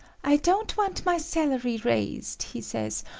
i don't want my salary raised, he says,